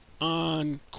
on